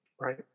Right